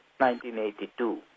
1982